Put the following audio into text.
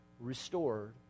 restored